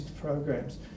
programs